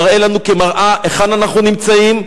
מראה לנו כמראה היכן אנחנו נמצאים.